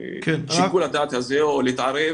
שיקול הדעת הזה או להתערב